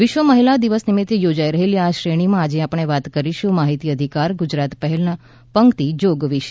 વિશ્વ મહિલા દિવસ નિમિત્તે યોજાઇ રહેલી આ શ્રેણીમાં આજે આપણે વાત કરીશું માહિતી અધિકાર ગુજરાત પહેલના પંક્તિ જોગ વિશે